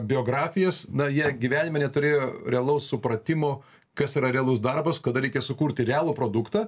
biografijas na jie gyvenime neturėjo realaus supratimo kas yra realus darbas kada reikia sukurti realų produktą